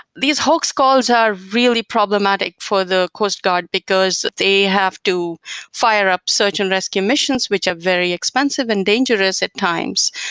these hoax calls are really problematic for the coast guard because they have to fire up search and rescue missions, which are very expensive and dangerous at times.